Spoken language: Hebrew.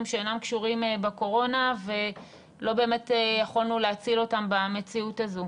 שאינם קשורים בקורונה ולא באמת יכולנו להציל אותם במציאות הזו.